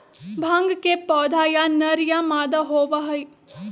भांग के पौधा या नर या मादा होबा हई